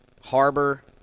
Harbor